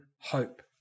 hope